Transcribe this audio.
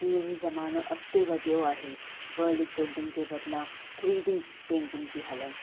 तीअं ई ज़मानो अगि॒ते वधियो आहे वर्ली पेंटिंग जे बदिलां थ्री डी पेंटिंग थियूं हलनि